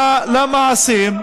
לאלו שהם רצחו אותם?